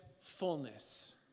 fullness